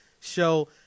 Show